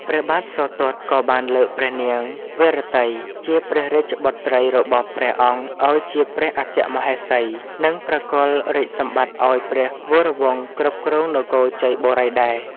ព្រះបាទសោទត្តក៏បានលើកព្រះនាងវរវតី ជាព្រះរាជបុត្រីរបស់ព្រះអង្គឱ្យជាព្រះអគ្គមហេសី និងប្រគល់រាជសម្បត្តិឱ្យព្រះវរវង្សគ្រប់គ្រងនគរជ័យបូរីដែរ។